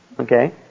Okay